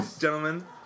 Gentlemen